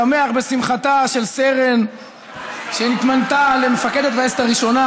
שמח בשמחתה של סרן שנתמנתה למפקדת הטייסת הראשונה,